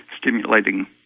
stimulating